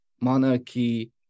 monarchy